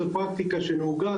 זאת פרקטיקה שנהוגה.